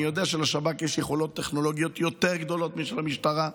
אני יודע שלשב"כ יש יכולות טכנולוגיות יותר גדולות משל המשטרה.